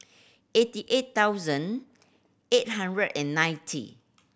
eighty eight thousand eight hundred and ninety